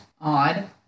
odd